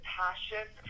passion